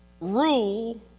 rule